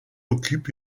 occupe